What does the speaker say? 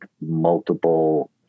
multiple